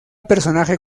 personaje